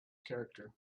character